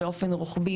באופן רוחבי,